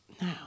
now